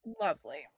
lovely